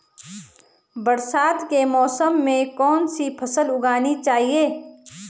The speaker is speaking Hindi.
बरसात के मौसम में कौन सी फसल उगानी चाहिए?